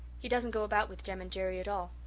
he doesn't go about with jem and jerry at all.